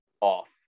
off